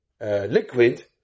liquid